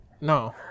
no